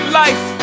life